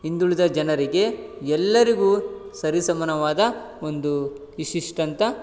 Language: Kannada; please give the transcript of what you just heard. ಹಿಂದುಳಿದ ಜನರಿಗೆ ಎಲ್ಲರಿಗೂ ಸರಿ ಸಮನವಾದ ಒಂದು ಇಷ್ಟಿಸ್ಟ್ ಅಂತ